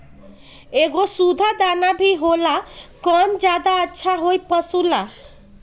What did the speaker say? एगो सुधा दाना भी होला कौन ज्यादा अच्छा होई पशु ला?